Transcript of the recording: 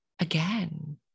again